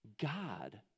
God